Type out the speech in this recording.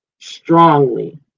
strongly